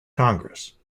congress